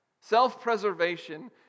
Self-preservation